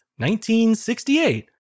1968